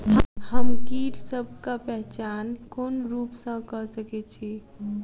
हम कीटसबक पहचान कोन रूप सँ क सके छी?